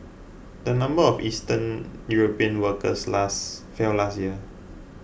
the number of Eastern European workers fell last year